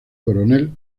coronel